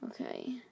Okay